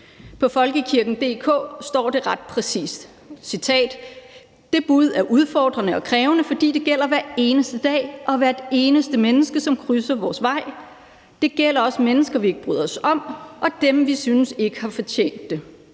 På folkekirken.dk. står det ret præcist, og jeg citerer: »Det bud er udfordrende og krævende, fordi det gælder hver eneste dag og hvert eneste menneske, som krydser vores vej. Det gælder også det menneske, vi ikke bryder os om, og dem, vi ikke synes, har fortjent det.«